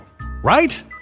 Right